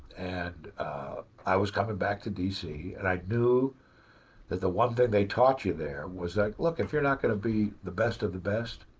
and i was coming back to dc. and i knew that the one they taught you there was that, look, if you're not going to be the best of the best,